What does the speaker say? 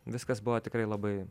viskas buvo tikrai labai